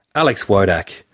alex wodak,